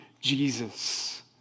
Jesus